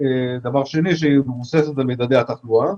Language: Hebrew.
דבר שני, היא מבוססת על ממדי התחלואה.